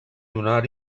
donar